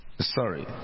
...sorry